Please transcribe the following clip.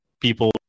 people